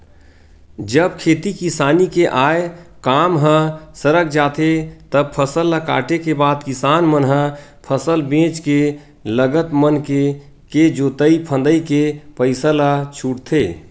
जब खेती किसानी के आय काम ह सरक जाथे तब फसल ल काटे के बाद किसान मन ह फसल बेंच के लगत मनके के जोंतई फंदई के पइसा ल छूटथे